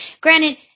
granted